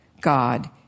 God